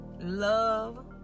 love